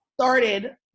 started